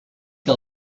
que